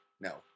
No